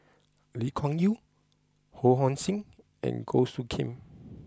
Lee Kuan Yew Ho Hong Sing and Goh Soo Khim